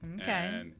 Okay